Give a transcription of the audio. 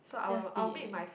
just be